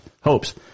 hopes